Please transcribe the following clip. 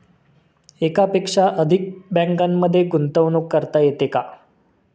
एकापेक्षा अधिक बँकांमध्ये गुंतवणूक करता येते का?